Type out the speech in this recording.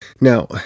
Now